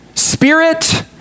Spirit